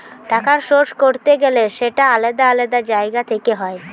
টাকার সোর্স করতে গেলে সেটা আলাদা আলাদা জায়গা থেকে হয়